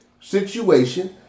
situation